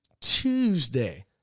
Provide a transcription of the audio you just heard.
Tuesday